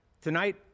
Tonight